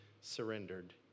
surrendered